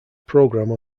programme